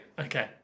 Okay